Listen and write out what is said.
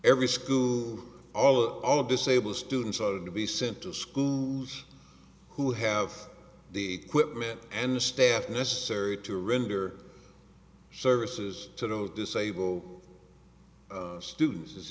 every school all of disabled students are to be sent to schools who have the equipment and the staff necessary to render services to those disabled students